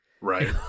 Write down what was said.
Right